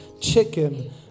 chicken